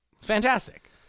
Fantastic